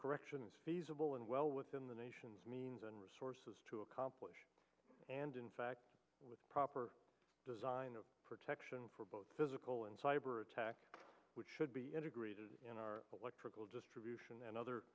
correction is feasible and well within the nation's means and resources to accomplish and in fact with proper design of protection for both physical and cyber attacks which should be integrated in our electrical distribution and other